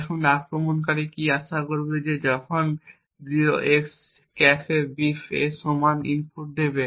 এখন আক্রমণকারী কি আশা করবে যে সে যখন 0xCAFEBEEF এর সমান একটি ইনপুট দেয়